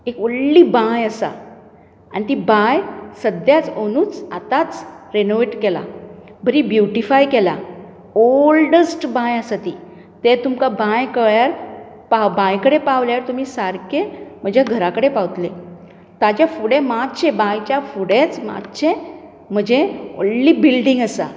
एक व्हडली बांय आसा आनी ती बांय सद्याच ओनूच आतांच रॅनोवेट केला बरी ब्युटिफाय केला ओल्डस्ट बांय आसा ती तें तुमकां बांय कळ्यार बा बांय कडेन पावल्यार तुमी सारके म्हज्या घरा कडेन पावतले ताज्या फुडें मातशें बांयच्या फुडेंच मातशें म्हजें व्हडली बिल्डींग आसा